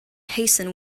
hasten